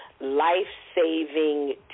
life-saving